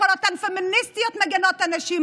לכל אותן פמיניסטיות מגינות הנשים,